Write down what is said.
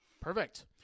Perfect